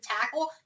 tackle